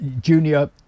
junior